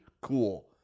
cool